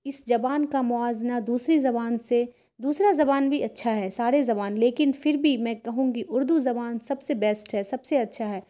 اس زبان کا موازنہ دوسری زبان سے دوسرا زبان بھی اچھا ہے سارے زبان لیکن پھر بھی میں کہوں گی اردو زبان سب سے بیسٹ ہے سب سے اچھا ہے